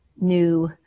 new